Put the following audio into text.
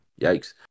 Yikes